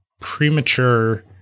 premature